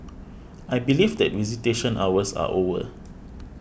I believe that visitation hours are over